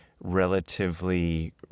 relatively